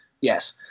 yes